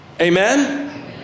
Amen